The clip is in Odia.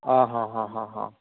ଅ ହଁ ହଁ ହଁ ହଁ